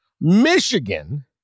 Michigan